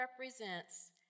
represents